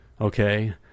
okay